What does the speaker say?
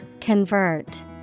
Convert